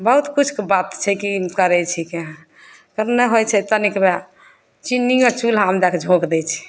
बहुत कुछ बात छै की करै छिकै करने होइत छै तनिकबै चीनियो चूल्हामे धैकऽ झोक दै छै